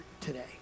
today